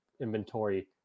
inventory